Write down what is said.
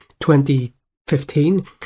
2015